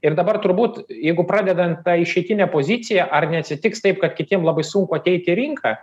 ir dabar turbūt jeigu pradedant ta išeitine pozicija ar neatsitiks taip kad kitiem labai sunku ateiti į rinką